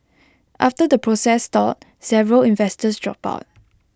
after the process stalled several investors dropped out